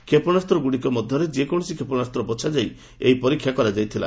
କ୍ଷେପଶାସ୍ତଗୁଡ଼ିକ ମଧ୍ଧରେ ଯେକୌଣସି କ୍ଷେପଶାସ୍ତ ବଛାଯାଇ ଏହି ପରୀକ୍ଷା କରାଯାଇଥିଲା